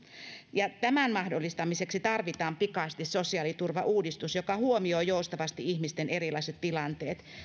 ja tämän mahdollistamiseksi tarvitaan pikaisesti sosiaaliturvauudistus joka huomioi joustavasti ihmisten erilaiset tilanteet